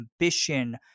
ambition